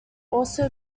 also